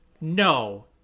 no